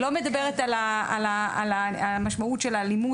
אני לא מדברת על המשמעות של האלימות,